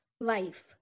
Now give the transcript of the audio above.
wife